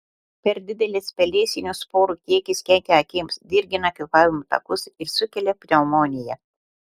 per didelis pelėsinių sporų kiekis kenkia akims dirgina kvėpavimo takus ir sukelia pneumoniją